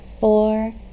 four